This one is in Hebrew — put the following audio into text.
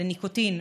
לניקוטין,